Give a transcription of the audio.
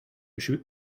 shoot